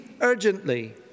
urgently